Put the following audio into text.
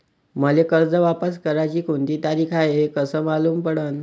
मले कर्ज वापस कराची कोनची तारीख हाय हे कस मालूम पडनं?